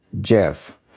Jeff